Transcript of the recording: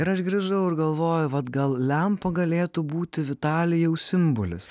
ir aš grįžau ir galvoju vat gal lempa galėtų būti vitalijaus simbolis